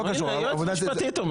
הינה, היועצת המשפטית אומרת.